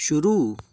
शुरू